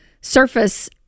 surface